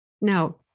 Now